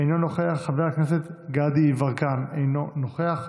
אינו נוכח, חבר הכנסת גדי יברקן, אינו נוכח,